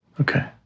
Okay